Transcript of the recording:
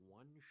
one